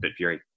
Bitfury